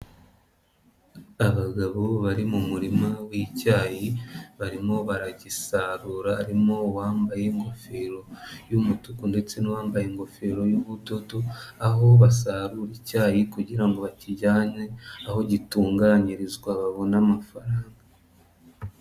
Abagabo bari mu murima wicyayi barimo baragisarura, barimo uwambaye ingofero y'umutuku ndetse n'uwambaye ingofero y'ubururu, aho basarura icyayi kugira ngo bakijyane aho gitunganyirizwa babona amafaranga.